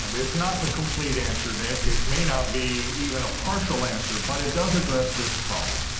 i mean it is not the complete answer, nick. it may not be even a partial answer, but it does address this problem.